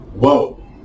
Whoa